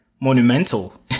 monumental